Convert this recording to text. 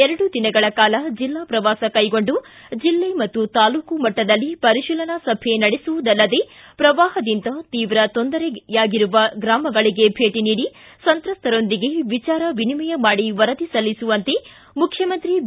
ಎರಡು ದಿನಗಳ ಕಾಲ ಜಿಲ್ಲಾ ಶ್ರವಾಸ ಕೈಗೊಂಡು ಜಿಲ್ಲೆ ಮತ್ತು ತಾಲ್ಲೂಕು ಮಟ್ಟದಲ್ಲಿ ಪರಿಶೀಲನಾ ಸಭೆ ನಡೆಸುವುದಲ್ಲದೆ ಶ್ರವಾಹದಿಂದ ತೀವ್ರ ತೊಂದರೆಯಾಗಿರುವ ಗ್ರಾಮಗಳಿಗೆ ಭೇಟಿ ನೀಡಿ ಸಂತ್ರಸ್ತರೊಂದಿಗೆ ವಿಚಾರ ವಿನಿಮಯ ಮಾಡಿ ವರದಿ ಸಲ್ಲಿಸುವಂತೆ ಮುಖ್ಯಮಂತ್ರಿ ಬಿ